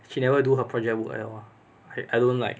she never do her project work at all I don't like